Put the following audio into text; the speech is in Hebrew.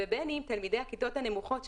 ובין אם תלמידי הכיתות הנמוכות,